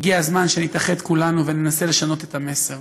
הגיע הזמן שנתאחד כולנו וננסה לשנות את המסר,